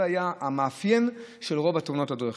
זה היה המאפיין של רוב תאונות הדרכים.